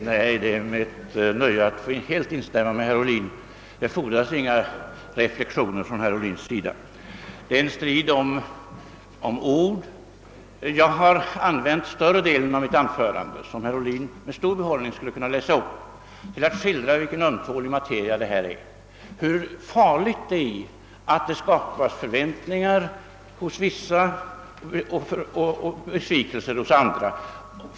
Herr talman! Det är mig ett nöje att få helt instämma med herr Ohlin — det fordras inte några reflexioner från herr Ohlins sida. Detta är en strid om ord. Jag har använt större delen av mitt anförande — som herr Ohlin med stor behållning skulle kunna läsa upp — till att skildra vilken ömtålig materia detta är: hur farligt det är att det skapas förväntningar hos vissa och besvikelser hos andra.